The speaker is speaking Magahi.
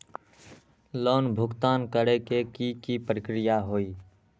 लोन भुगतान करे के की की प्रक्रिया होई?